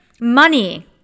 money